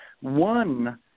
One